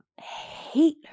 hate